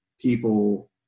people